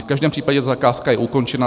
V každém případě zakázka je ukončena.